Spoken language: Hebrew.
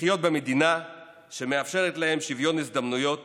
לחיות במדינה שמאפשרת להם שוויון הזדמנויות